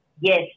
Yes